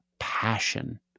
passion